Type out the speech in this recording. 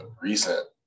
recent